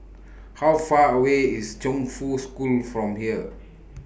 How Far away IS Chongfu School from here